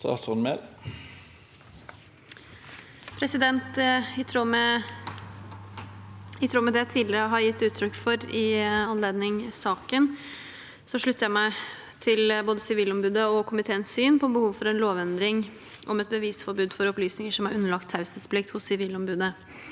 I tråd med det jeg tidligere har gitt uttrykk for i anledning denne saken, slutter jeg meg til både Sivilombudets og komiteens syn på behovet for en lovendring om et bevisforbud for opplysninger som er underlagt taushetsplikt hos Sivilombudet.